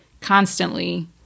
constantly